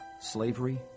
Slavery